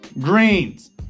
Greens